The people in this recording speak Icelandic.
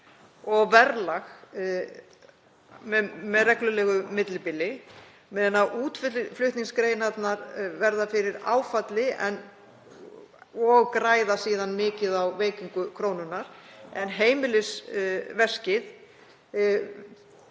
valdi með reglulegu millibili, meðan útflutningsgreinarnar verða fyrir áfalli og græða síðan mikið á veikingu krónunnar en heimilisveskið